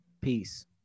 peace